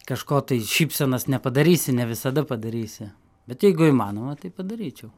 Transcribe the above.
kažko tai šypsenos nepadarysi ne visada padarysi bet jeigu įmanoma tai padaryčiau